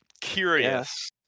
curious